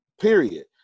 period